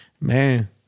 man